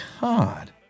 God